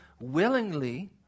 willingly